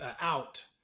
out